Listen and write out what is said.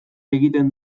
egiten